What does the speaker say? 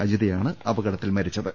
അജിതയാണ് അപകടത്തിൽ മരിച്ചത്